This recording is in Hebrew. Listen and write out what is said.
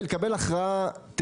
ולקבל הכרעה במהלך הדרך,